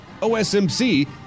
OSMC